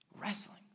wrestling